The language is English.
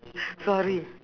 sorry